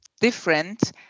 different